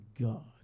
God